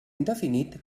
indefinit